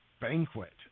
banquet